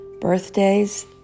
Birthdays